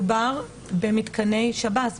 מדובר במתקני שב"ס,